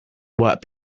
what